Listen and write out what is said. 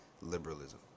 liberalism